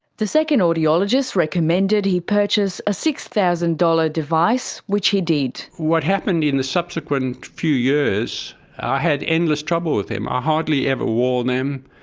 the second audiologist recommended he purchase a six thousand dollars device, which he did. what happened in the subsequent few years, i had endless trouble with them. i hardly ever wore them.